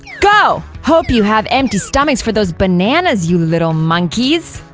go! hope you have empty stomachs for those bananas you little monkeys!